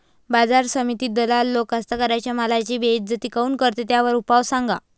बाजार समितीत दलाल लोक कास्ताकाराच्या मालाची बेइज्जती काऊन करते? त्याच्यावर उपाव सांगा